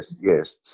yes